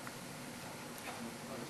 הדוברת